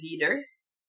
leaders